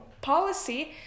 policy